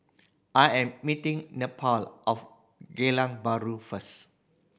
I am meeting Neppie of Geylang Bahru first